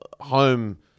home